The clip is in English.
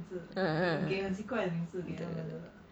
ah ah